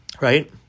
right